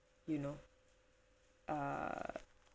you know err